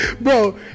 Bro